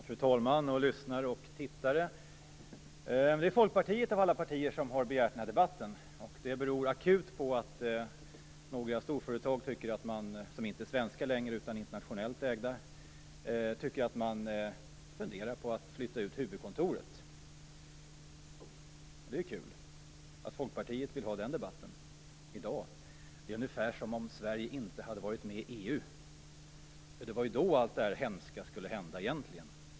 Fru talman! Lyssnare och tittare! Det är Folkpartiet av alla partier som har begärt den här debatten. Det beror akut på att några storföretag, som inte är svenska längre utan internationellt ägda, funderar på att flytta ut sina huvudkontor. Det är kul att Folkpartiet vill ha den debatten i dag. Det är ungefär som om Sverige inte hade varit med i EU. Det var ju då allt det här hemska skulle hända egentligen.